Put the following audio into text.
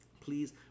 please